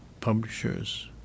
publishers